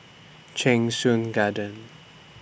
Cheng Soon Garden